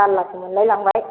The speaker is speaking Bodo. जारलासो मोनलायलांबाय